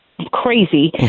crazy